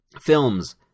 films